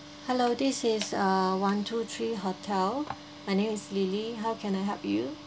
hello this is uh one two three hotel my name is lily how can I help you